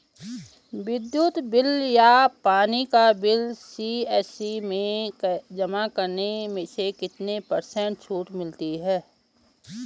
विद्युत बिल या पानी का बिल सी.एस.सी में जमा करने से कितने पर्सेंट छूट मिलती है?